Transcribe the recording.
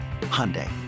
Hyundai